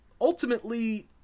ultimately